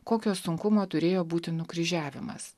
kokio sunkumo turėjo būti nukryžiavimas